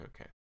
okay